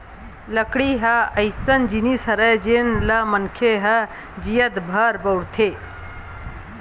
लकड़ी ह अइसन जिनिस हरय जेन ल मनखे ह जियत भर बउरथे